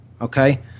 Okay